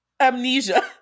amnesia